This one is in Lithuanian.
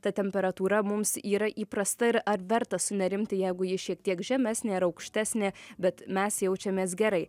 ta temperatūra mums yra įprasta ir ar verta sunerimti jeigu ji šiek tiek žemesnė ar aukštesnė bet mes jaučiamės gerai